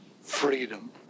freedom